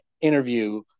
interview